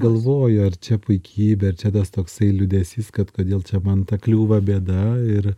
galvoju ar čia puikybė ar čia tas toksai liūdesys kad kodėl čia man ta kliūva bėda ir